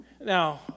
Now